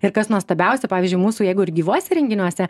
ir kas nuostabiausia pavyzdžiui mūsų jeigu ir gyvuose renginiuose